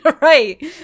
Right